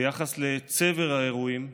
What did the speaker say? ביחס לצבר האירועים,